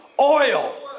oil